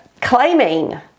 claiming